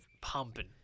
pumping